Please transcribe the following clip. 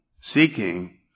seeking